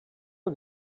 are